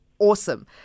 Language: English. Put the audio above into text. Awesome